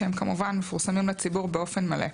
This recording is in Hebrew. שהם כמובן מפורסמים לציבור באופן מלא.